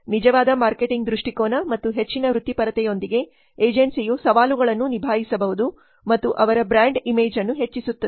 ನಿಜವಾದ ಮಾರ್ಕೆಟಿಂಗ್ ದೃಷ್ಟಿಕೋನ ಮತ್ತು ಹೆಚ್ಚಿನ ವೃತ್ತಿಪರತೆಯೊಂದಿಗೆ ಏಜೆನ್ಸಿಯು ಸವಾಲುಗಳನ್ನು ನಿಭಾಯಿಸಬಹುದು ಮತ್ತು ಅವರ ಬ್ರಾಂಡ್ ಇಮೇಜ್ ಅನ್ನು ಹೆಚ್ಚಿಸುತ್ತದೆ